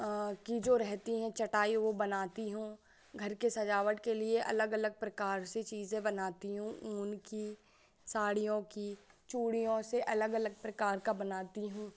की जो रहती है चटाई वह बनाती हूँ घर की सज़ावट के लिए अलग अलग प्रकार से चीज़ें बनाती हूँ ऊन की साड़ियों की चूड़ियों से अलग अलग प्रकार का बनाती हूँ